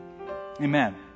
Amen